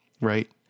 right